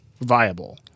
viable